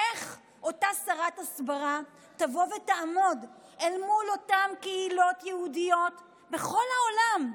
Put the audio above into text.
איך אותה שרת הסברה תבוא ותעמוד אל מול אותן קהילות יהודיות בכל העולם,